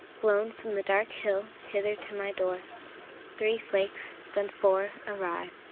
blown from the dark hill hither to my door three flakes, then four arrive,